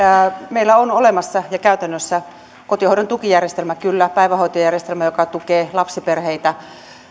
meillä on olemassa ja käytännössä kotihoidon tukijärjestelmä ja päivähoitojärjestelmä joka tukee lapsiperheitä